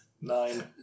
Nine